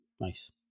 nice